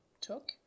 took